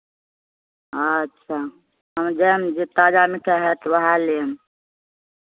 अच्छा अहाँ जायब ने जे ताजा मिठाइ हएत उएह लेब